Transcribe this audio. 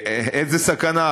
איזו סכנה?